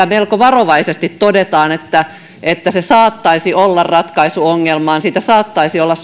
melko varovaisesti todetaan että että se saattaisi olla ratkaisu ongelmaan siitä saattaisi olla